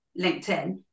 linkedin